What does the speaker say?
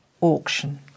Auction